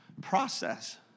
process